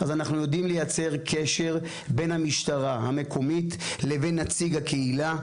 אז אנחנו יודעים לייצר קשר בין המשטרה המקומית לבין נציג הקהילה,